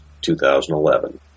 2011